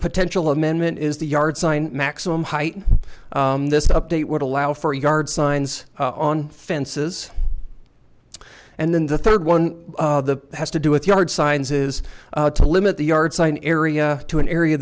potential amendment is the yard sign maximum height this update would allow for yard signs on fences and then the third one of the has to do with yard signs is to limit the yard sign area to an area